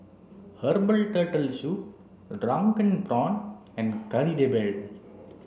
Herbal turtle soup drunken prawns and Kari Debal